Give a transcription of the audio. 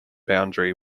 boundary